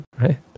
right